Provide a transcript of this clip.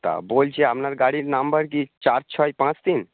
তা বলছি আপনার গাড়ির নাম্বার কি চার ছয় পাঁচ তিন